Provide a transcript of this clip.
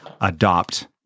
adopt